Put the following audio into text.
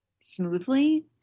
smoothly